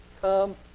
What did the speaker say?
come